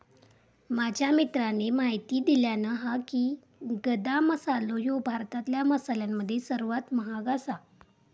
माझ्या मित्राने म्हायती दिल्यानं हा की, गदा मसालो ह्यो भारतातल्या मसाल्यांमध्ये सर्वात महाग आसा